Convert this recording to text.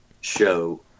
show